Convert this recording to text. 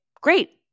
Great